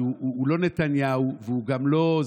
כי הוא לא נתניהו והוא גם לא,